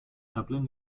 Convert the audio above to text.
dublin